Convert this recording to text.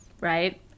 Right